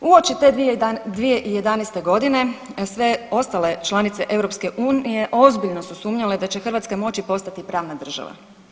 Uoči te 2011. godine sve ostale članice EU ozbiljno su sumnjale da će Hrvatska moći postati pravna država.